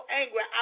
angry